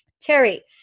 Terry